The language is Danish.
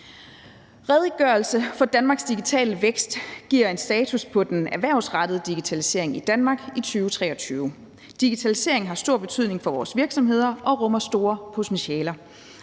Redegørelsen for Danmarks digitale vækst giver en status på den erhvervsrettede digitalisering i Danmark i 2023. Digitalisering har stor betydning for vores virksomheder og rummer store potentialer.